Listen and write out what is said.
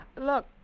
Look